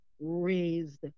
raised